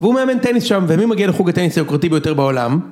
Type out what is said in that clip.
והוא מאמן טניס שם, ומי מגיע לחוג הטניס היוקרותי ביותר בעולם?